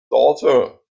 daughter